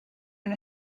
and